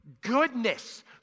goodness